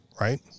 right